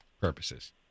purposes